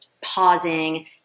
pausing